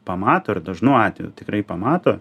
pamato ir dažnu atveju tikrai pamato